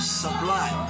supply